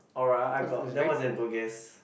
aura I got that was in Bugis